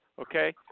Okay